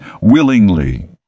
willingly